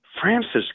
Francis